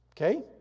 Okay